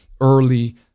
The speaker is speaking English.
early